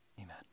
Amen